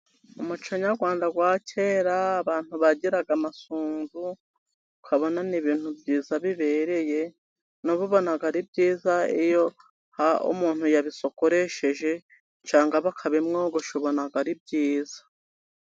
Umuco nyarwanda wa kera abantu bagiraga amasunzu, ukabona ni ibintu byiza bibereye, n'ubu ubona ari byiza iyo umuntu yabisokoreshesheje, cyangwa bakabimwogosha ubona ari byiza.